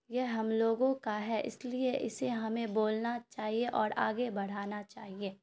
یہ ہم لوگوں کا ہے اس لیے اسے ہمیں بولنا چاہیے اور آگے بڑھانا چاہیے